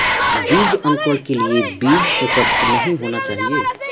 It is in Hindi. बीज अंकुरण के लिए बीज सुसप्त नहीं होना चाहिए